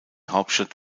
hauptstadt